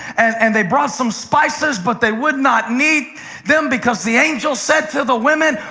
and they brought some spices, but they would not need them, because the angel said to the women,